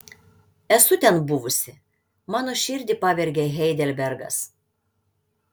esu ten buvusi mano širdį pavergė heidelbergas